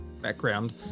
background